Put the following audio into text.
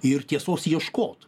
ir tiesos ieškot